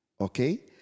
Okay